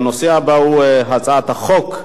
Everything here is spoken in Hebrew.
הרווחה והבריאות נתקבלה.